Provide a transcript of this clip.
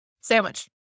Sandwich